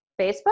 Facebook